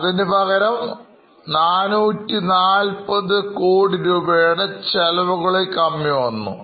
അതിനുപകരം440 കോടി രൂപയുടെ ചെലവുകളിൽ കമ്മി വന്നു